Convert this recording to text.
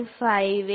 58 3